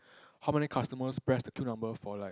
how many customers press the queue number for like